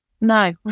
No